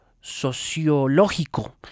sociológico